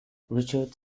richard